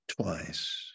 twice